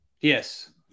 yes